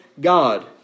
God